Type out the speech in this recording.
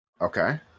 Okay